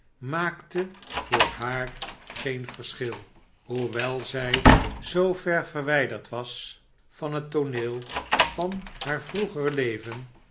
maakte voor haar geen verschil hoewel zij zoo ver verwijderd was van het tooneel van haar vroeger leven